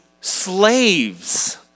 slaves